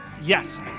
Yes